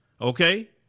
Okay